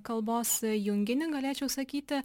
kalbos junginį galėčiau sakyti